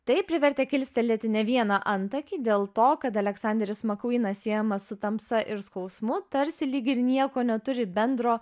tai privertė kilstelėti ne vieną antakį dėl to kad aleksanderis mcquenas siejamas su tamsa ir skausmu tarsi lyg ir nieko neturi bendro